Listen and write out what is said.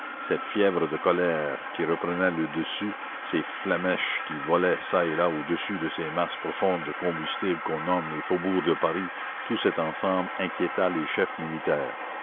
cette fièvre de colère qui reprenait le dessus ces flammèches qui volaient çà et là au-dessus de ces masses profondes de combustible qu'on nomme les faubourgs de paris tout cet ensemble inquiéta les chefs militaires